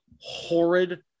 horrid